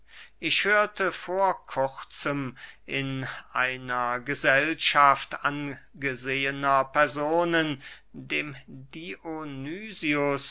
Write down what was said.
ich hörte vor kurzem in einer gesellschaft angesehener personen dem dionysius